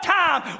time